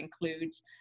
includes